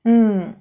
mm